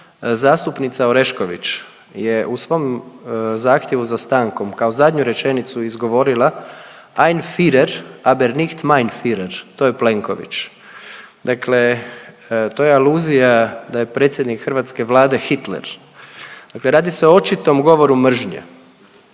zastupnica Orešković je u svom zahtjevu za stankom kao zadnju rečenicu izgovorila I am firer, aber nicht mein firer. To je Plenković. Dakle, to je aluzija da je predsjednik hrvatske Vlade Hitler. Dakle, radi se o očitom govoru mržnje.